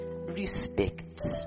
respect